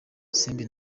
simbi